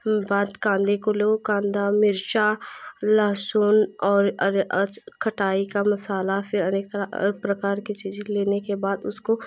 बाद कांदे को लो कांदा मिर्चा लहसुन और खटाई का मसाला फ़िर अनेक तरह और प्रकार चीज लेने के बाद उसको